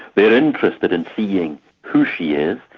they're interested in seeing who she is,